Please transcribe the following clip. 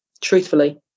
truthfully